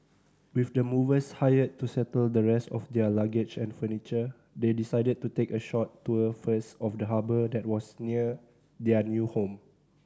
with the movers hired to settle the rest of their luggage and furniture they decided to take a short tour first of the harbour that was near their new home